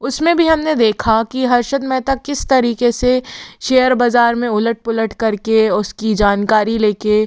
उस में भी हम ने देखा कि हर्षद मेहता किस तरीक़े से शेयर बज़ार में उलट पुलट कर के उसकी जानकारी ले के